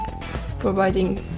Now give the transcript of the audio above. providing